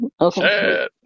Okay